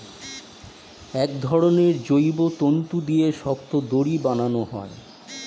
এক ধরনের জৈব তন্তু দিয়ে শক্ত দড়ি বানানো হয়